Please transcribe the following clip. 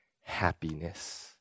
happiness